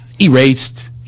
erased